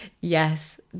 Yes